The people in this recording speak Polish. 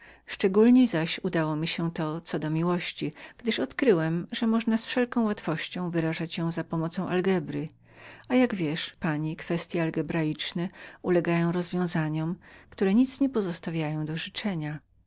szczególniej zaś udało mi się co do miłości gdyż odkryłem że można było z wszelką łatwością wyrażać ją za pomocą algebry a jak wiesz pani kwestye algebraiczne ulegają rozwiązaniom które nic nie pozostawiają do